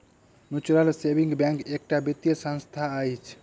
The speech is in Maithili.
म्यूचुअल सेविंग बैंक एकटा वित्तीय संस्था अछि